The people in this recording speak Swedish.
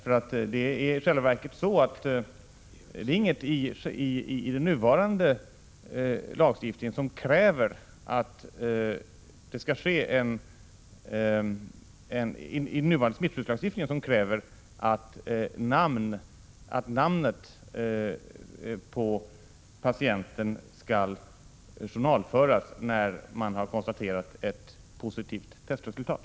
Inget i den nuvarande smittskyddslagstiftningen kräver alltså i själva verket att patientens namn skall journalföras när man har konstaterat ett positivt testresultat.